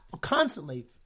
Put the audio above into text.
constantly